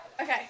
Okay